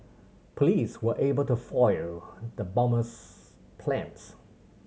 police were able to foil the bomber's plans